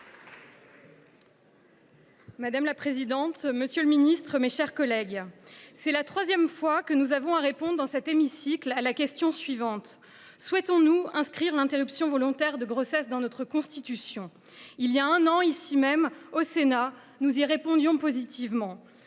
Madame la présidente, monsieur le garde des sceaux, mes chers collègues, c’est la troisième fois que nous avons à répondre dans cet hémicycle à la question suivante : souhaitons nous inscrire l’interruption volontaire de grossesse dans notre Constitution ? Il y a un an, ici même, au Sénat, nous y répondions positivement.